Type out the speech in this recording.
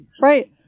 Right